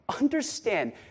Understand